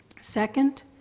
Second